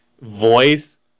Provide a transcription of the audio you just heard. voice